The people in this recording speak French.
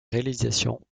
réalisation